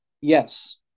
yes